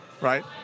right